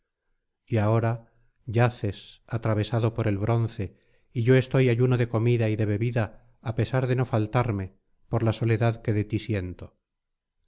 y ahora yaces atravesado por el bronce y yo estoy ayuno de comida y de bebida á pesar de no faltarme por la soledad que de ti siento